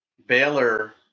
Baylor